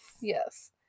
Yes